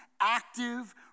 active